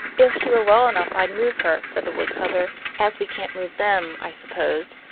if she were well enough i'd move her, said the woodcutter, as we can't move them, i suppose.